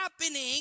happening